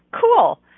cool